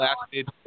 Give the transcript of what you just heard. lasted